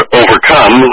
overcome